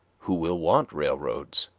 who will want railroads?